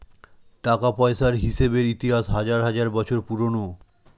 টাকা পয়সার হিসেবের ইতিহাস হাজার হাজার বছর পুরোনো